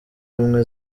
ubumwe